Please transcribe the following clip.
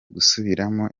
gusubiramo